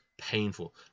painful